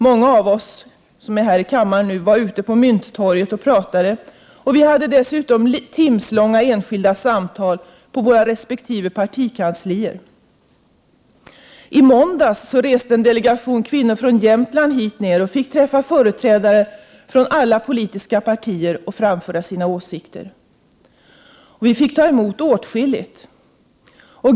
Många av oss som är här i kammaren nu var ute på Mynttorget och talade. Vi förde dessutom timslånga enskilda samtal på våra resp. partikanslier. I måndags reste en delegation kvinnor från Jämtland hit ner. De fick träffa företrädare från alla politiska partier och framföra sina åsikter. Vi fick då ta emot åtskilligt.